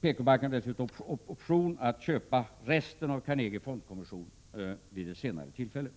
PKbanken får dessutom option att köpa resten av Carnegie Fondkommission vid ett senare tillfälle.